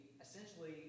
essentially